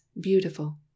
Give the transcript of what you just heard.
beautiful